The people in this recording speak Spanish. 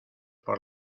por